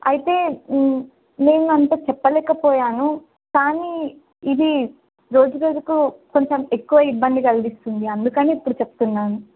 అయితే నేను అంత చెప్పలేకపోయాను కానీ ఇది రోజు రోజుకు కొంచెం ఎక్కువ ఇబ్బంది కలిపిస్తుంది అందుకని ఇప్పుడు చెప్తున్నాను